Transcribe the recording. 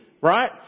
Right